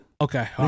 Okay